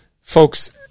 Folks